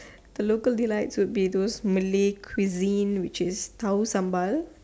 the local delights would be those Malay cuisine which is tahu sambal